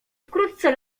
wkrótce